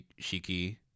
Shiki